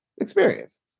experience